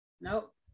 Nope